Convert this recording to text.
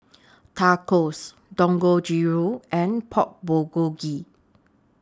Tacos Dangojiru and Pork Bulgogi